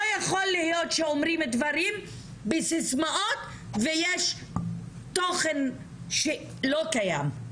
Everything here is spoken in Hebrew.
לא יכול להיות שאומרים דברים בסיסמאות ויש תוכן שלא קיים,